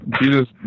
Jesus